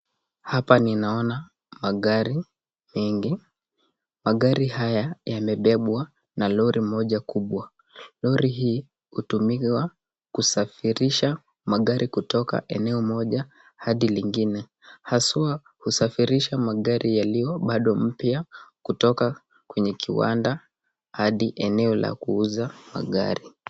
Hapa ninaona magari mingi. Magari haya yamebebwa na lori moja kubwa. Lori hii hutumiwa kusafirisha magari kutoka eneo moja hadi lingine. Haswaa husafirisha magari yaliyo bado mpya kutoka kwenye kiwanda hadi eneo la kuuza magari.